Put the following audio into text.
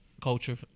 culture